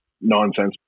nonsense